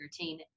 routine